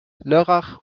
lörrach